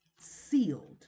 sealed